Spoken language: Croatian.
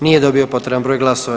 Nije dobio potreban broj glasova.